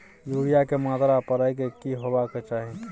Urea के मात्रा परै के की होबाक चाही?